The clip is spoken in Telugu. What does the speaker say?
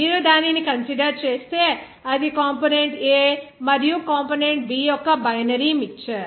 మీరు దానిని కన్సిడర్ చేస్తే అది కంపోనెంట్ A మరియు కంపోనెంట్ B యొక్క బైనరీ మిక్చర్